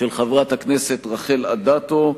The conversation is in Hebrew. של חברת הכנסת רחל אדטו,